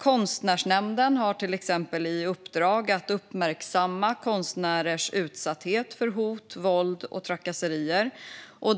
Konstnärsnämnden har till exempel i uppdrag att uppmärksamma konstnärers utsatthet för hot, våld och trakasserier.